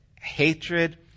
hatred